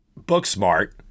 Booksmart